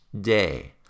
day